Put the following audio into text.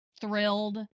thrilled